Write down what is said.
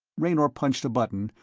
raynor punched a button,